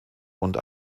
und